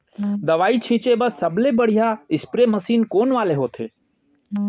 दवई छिंचे बर सबले बढ़िया स्प्रे मशीन कोन वाले होथे?